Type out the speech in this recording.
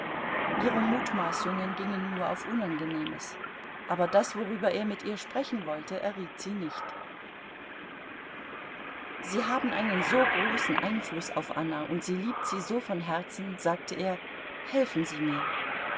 ihre mutmaßungen gingen nur auf unangenehmes aber das worüber er mit ihr sprechen wollte erriet sie nicht sie haben einen so großen einfluß auf anna und sie liebt sie so von herzen sagte er helfen sie mir